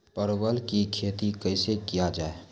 परवल की खेती कैसे किया जाय?